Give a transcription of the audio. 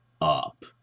up